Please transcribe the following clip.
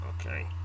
Okay